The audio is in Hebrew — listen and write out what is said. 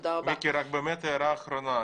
מיקי, רק הערה אחרונה.